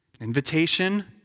Invitation